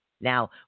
Now